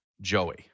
Joey